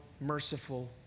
merciful